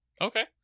okay